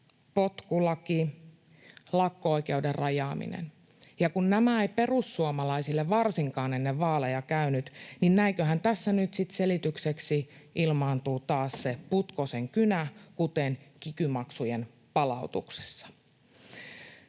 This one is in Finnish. potkulaki, lakko-oikeuden rajaaminen — ja kun nämä eivät perussuomalaisille varsinkaan ennen vaaleja käyneet, niin näinköhän tässä nyt sitten selitykseksi ilmaantuu taas se Putkosen kynä, kuten kiky-maksujen palautuksessa.